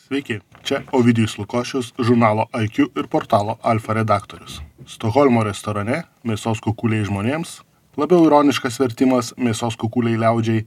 sveiki čia ovidijus lukošius žurnalo iq ir portalo alfa redaktorius stokholmo restorane mėsos kukuliai žmonėms labiau ironiškas vertimas mėsos kukuliai liaudžiai